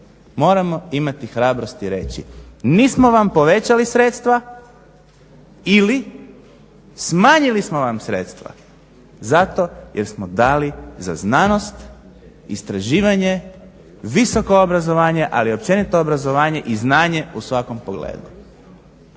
moramo imati hrabrosti reći mi smo vam povećali sredstva ili smanjili smo vam sredstva zato jer smo dali za znanost, istraživanje, visoko obrazovanje, ali općenito obrazovanje i znanje u svakom pogledu.